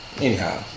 Anyhow